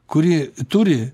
kuri turi